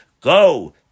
go